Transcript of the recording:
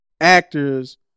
Actors